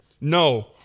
No